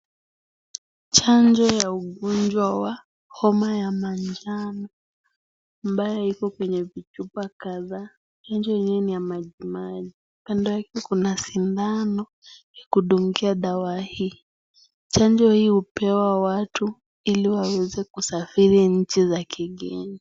Chanjo ya ugonjwa wa homa ya manjano, ambayo ipo kwenye vichupa kadhaa, chanjo yenyewe ni ya majimaji. Kando yake kuna sindano ya kudungia dawa hii. Chanjo hii hupewa watu ili waweze kusafiri nchi za kigeni.